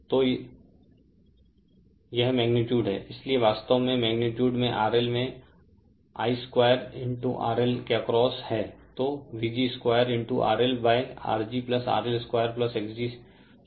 तो है यह मैगनीटुड है इसीलिए वास्तव में मैगनीटुड में RL में I 2RL के अक्रॉस है